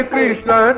Krishna